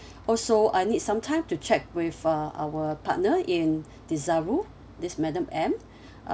also I need some time to check with uh our partner in desaru this madam M